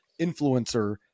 influencer